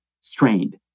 strained